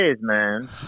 man